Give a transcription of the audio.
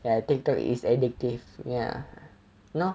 ya Tiktok is addictive ya know